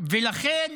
ולכן